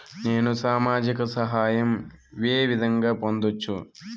నేను సామాజిక సహాయం వే విధంగా పొందొచ్చు?